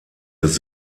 des